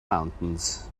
mountains